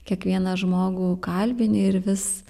kiekvieną žmogų kalbini ir vis